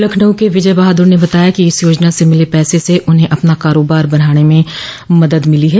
लखनऊ के विजय बहादुर ने बताया कि इस योजना से मिले पसे से उन्हें अपना कारोबार बढ़ाने में मदद मिली है